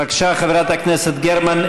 בבקשה, חברת הכנסת גרמן.